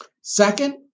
Second